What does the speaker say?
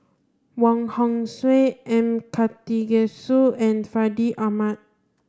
Wong Hong Suen M Karthigesu and Fandi Ahmad